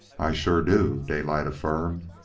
i sure do, daylight affirmed.